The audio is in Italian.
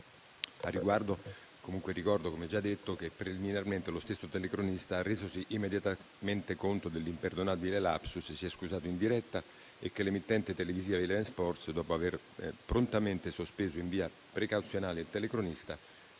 Al riguardo comunque ricordo - come già detto - che preliminarmente lo stesso telecronista, resosi immediatamente conto dell'imperdonabile *lapsus*, si è scusato in diretta e che l'emittente televisiva "Eleven Sports", dopo aver prontamente sospeso in via precauzionale il telecronista,